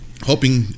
hoping